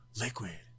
liquid